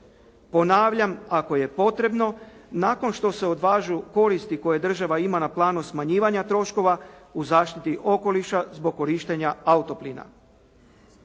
Ponavljam, ako je potrebno. Nakon što se odvažu koristi koje država ima na planu smanjivanja troškova u zaštiti okoliša zbog korištenja auto plina.